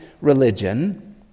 religion